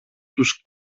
τους